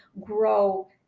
grow